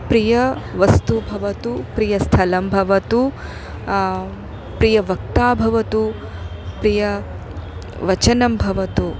प्रियवस्तु भवतु प्रियस्थलं भवतु प्रियवक्ता भवतु प्रिय वचनं भवतु